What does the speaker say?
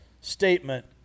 statement